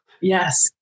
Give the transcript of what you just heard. Yes